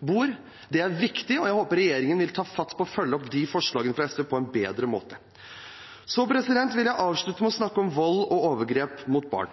bor. Det er viktig, og jeg håper at regjeringen vil ta fatt på å følge opp disse forslagene fra SV på en bedre måte. Så vil jeg avslutte med å snakke om vold og overgrep mot barn.